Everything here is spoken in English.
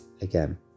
again